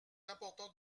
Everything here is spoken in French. important